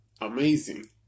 amazing